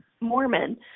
Mormon